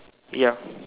yup